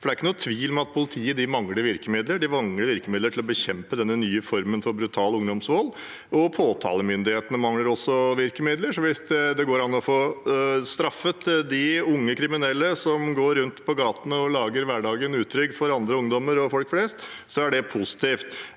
at politiet mangler virkemidler; de mangler virkemidler til å bekjempe denne nye formen for brutal ungdomsvold. Påtalemyndighetene mangler også virkemidler, så hvis det går an å få straffet de unge kriminelle som går rundt i gatene og gjør hverdagen utrygg for andre ungdommer og folk flest, er det positivt.